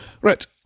Right